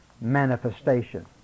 manifestation